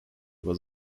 was